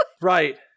Right